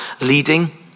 leading